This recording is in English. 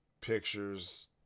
pictures